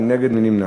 מי נגד?